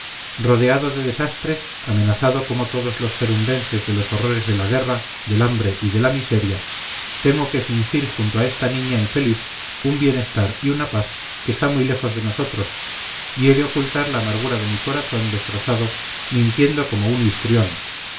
rodeado de desastres amenazado como todos los gerundenses de los horrores de la guerra del hambre y de la miseria tengo que fingir junto a esta niña infeliz un bienestar y una paz que está muy lejos de nosotros y he de ocultar la amargura de mi corazón destrozado mintiendo como un